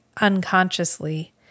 unconsciously